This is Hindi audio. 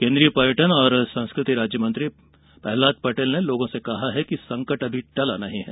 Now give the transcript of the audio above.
केन्द्रीय पर्यटन एवं संस्कृति राज्य मंत्री प्रहलाद पटेल ने लोगों से कहा है कि संकट अभी टला नहीं है